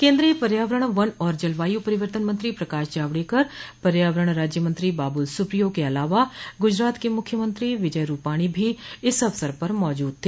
केन्द्रीय पर्यावरण वन और जलवायु परिवर्तन मंत्रो प्रकाश जावड़ेकर पर्यावरण राज्य मंत्री बाबुल सुप्रियो के अलावा गुजरात के मुख्यमंत्री विजय रूपाणी भी इस अवसर पर मौजूद थ